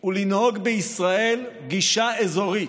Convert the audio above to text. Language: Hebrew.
הוא לנהוג בישראל גישה אזורית.